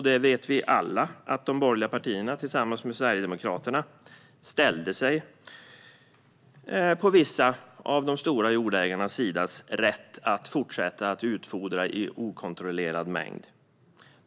Vi vet alla att de borgerliga partierna tillsammans med Sverigedemokraterna ställde sig på vissa av de stora jordägarnas sida när det gällde rätten att fortsätta utfodra i okontrollerad mängd.